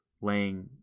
laying